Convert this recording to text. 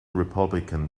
republican